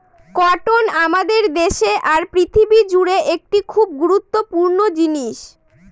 cotton আমাদের দেশে আর পৃথিবী জুড়ে একটি খুব গুরুত্বপূর্ণ জিনিস